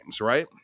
right